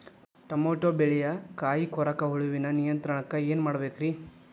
Tomato ಬೆಳೆಯ ಕಾಯಿ ಕೊರಕ ಹುಳುವಿನ ನಿಯಂತ್ರಣಕ್ಕ ಏನ್ ಮಾಡಬೇಕ್ರಿ?